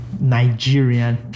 Nigerian